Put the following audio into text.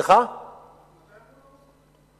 מתי אמרו להרוס את הגדר?